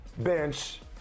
Bench